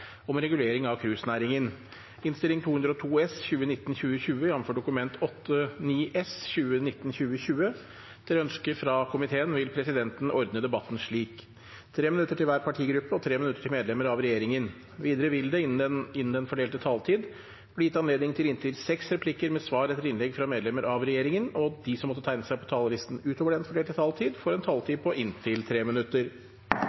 om ordet til sakene nr. 2 og 3. Etter ønske fra næringskomiteen vil presidenten ordne debatten slik: 3 minutter til hver partigruppe og 3 minutter til medlemmer av regjeringen. Videre vil det – innenfor den fordelte taletid – bli gitt anledning til replikkordskifte på inntil seks replikker med svar etter innlegg fra medlemmer av regjeringen, og de som måtte tegne seg på talerlisten utover den fordelte taletid, får en